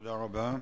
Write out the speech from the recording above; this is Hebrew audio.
תודה רבה.